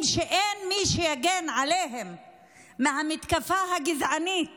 שאין מי שיגן עליהם מהמתקפה הגזענית